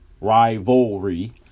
Rivalry